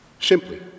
Simply